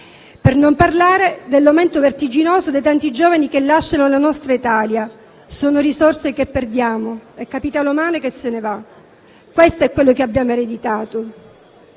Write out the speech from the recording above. per non parlare dell'aumento vertiginoso dei tanti giovani che lasciano la nostra Italia. Si tratta di risorse che perdiamo e di capitale umano che se ne va. Questo è quello che abbiamo ereditato,